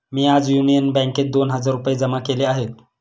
मी आज युनियन बँकेत दोन हजार रुपये जमा केले आहेत